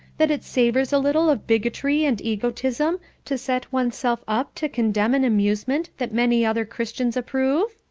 that it savours a little of bigotry and egotism to set one's self up to condemn an amusement that many other christians approve?